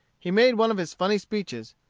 he made one of his funny speeches,